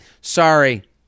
Sorry